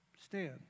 Stand